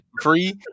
free